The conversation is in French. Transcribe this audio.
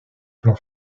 plan